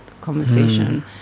conversation